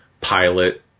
pilot